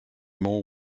more